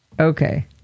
okay